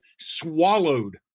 swallowed